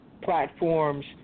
platforms